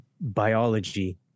biology